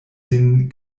sin